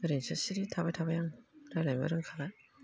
ओरैनसो सिरि थाबाय थाबाय आं रायज्लायनोबो रोंखाला